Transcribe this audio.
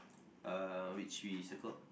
uh which we circled